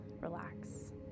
relax